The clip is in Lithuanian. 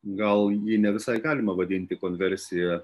gal jį ne visai galima vadinti konversija